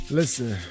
listen